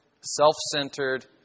self-centered